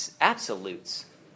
absolutes